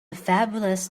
fabulous